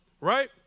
right